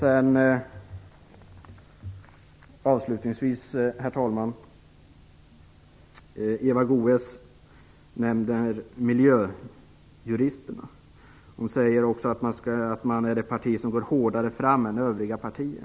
Eva Goës nämnde miljöjuristerna. Hon säger att Miljöpartiet går hårdare fram än övriga partier.